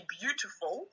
beautiful